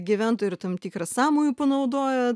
gyventojai ir tam tikrą sąmojų panaudoja